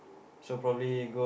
so probably go